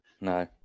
No